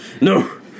No